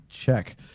Check